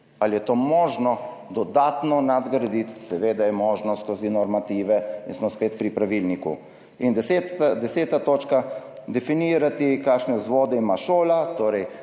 Ali je to možno dodatno nadgraditi? Seveda je možno skozi normative. In smo spet pri pravilniku. Deseta točka: definirati, kakšne vzvode ima šola, torej